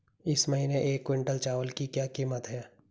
इस महीने एक क्विंटल चावल की क्या कीमत है?